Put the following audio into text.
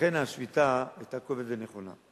לכן, השביתה היתה כואבת ונכונה.